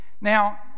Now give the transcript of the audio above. Now